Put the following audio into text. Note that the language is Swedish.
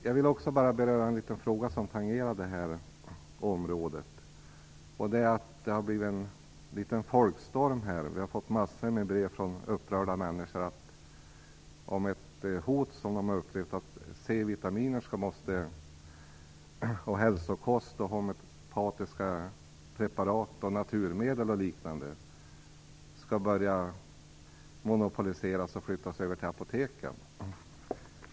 Jag vill också beröra en fråga som tangerar det här området och som har givit upphov till en liten folkstorm. Vi har fått massor med brev från upprörda människor som är rädda att C-vitaminer, hälsokost, homeopatiska preparat, naturmedel och liknande skall monopoliseras och flyttas till apoteken.